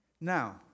Now